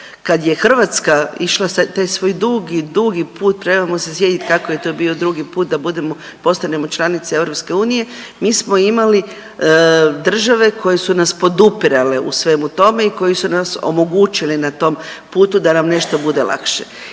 Kad je Hrvatska išla taj svoj dugi, dugi put, trebamo se sjetit kako je to bio drugi put da budemo, postanemo članica EU. Mi smo imali države koje su nas podupirale u svemu tome i koji su nas omogućili na tom putu da nam nešto bude lakše.